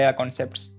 concepts